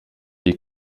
die